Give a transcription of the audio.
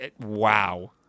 Wow